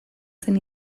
zen